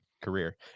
career